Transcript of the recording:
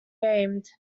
aimed